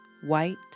white